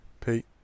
Pete